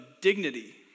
dignity